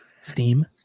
Steam